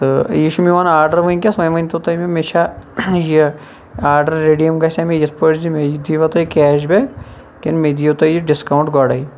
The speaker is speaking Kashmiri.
تہٕ یہِ چھُ میون آڈَر وٕنکٮ۪س وۄنۍ ؤنۍتو تُہۍ مےٚ مےٚ چھَ یہِ آڈَر ریٚڈی گَژھیا مےٚ یِتھ پٲٹھۍ زٕ یہِ دیٖوا تُہۍ کیش بیک کِن مےٚ دِیِو تُہۍ یہِ ڈِسکاوُنٹ گۄڑے